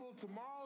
tomorrow